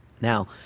Now